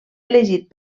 elegit